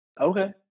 Okay